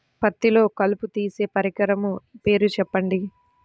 పత్తిలో కలుపు తీసే పరికరము పేరు చెప్పండి